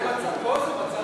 פה זה מצב האומה.